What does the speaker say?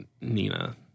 Nina